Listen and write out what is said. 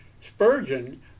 Spurgeon